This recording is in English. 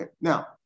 now